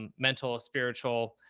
and mental, spiritual,